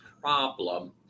problem